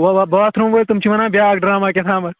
وَ باتھروٗم وٲلۍ تِم چھِ وَنان بیٛاکھ ڈرٛاما کیٛاہ تَھامَتھ